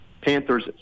Panthers